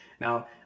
now